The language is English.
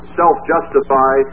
self-justify